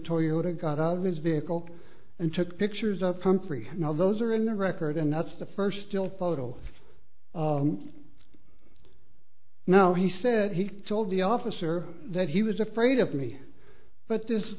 toyota got out of his vehicle and took pictures of humphrey now those are in the record and that's the first still photo no he said he told the officer that he was afraid of me but this